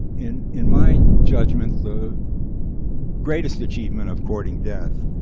in in my judgment, the greatest achievement of courting death,